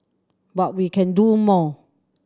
but we can do more